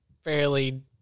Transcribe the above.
fairly